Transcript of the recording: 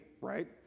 right